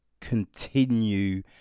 continue